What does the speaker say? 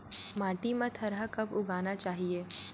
माटी मा थरहा कब उगाना चाहिए?